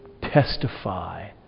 testify